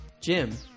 Jim